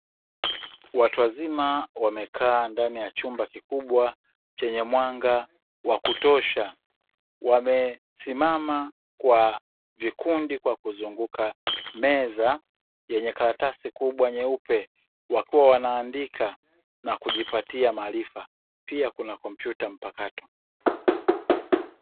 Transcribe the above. Watu wazima wamekaa ndani ya chumba kikubwa chenye mwanga wa kutosha, wamesimama kwa vikundi kwa kuzunguka meza yenye karatasi kubwa nyeupe, wakiwa wanaandika na kujipatia maarifa, pia kuna kompyuta mpakato.